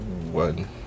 one